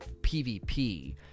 PvP